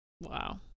Wow